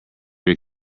your